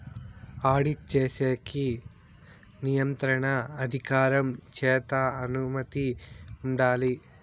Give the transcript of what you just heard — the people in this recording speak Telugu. ఆడిట్ చేసేకి నియంత్రణ అధికారం చేత అనుమతి ఉండాలి